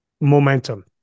momentum